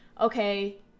okay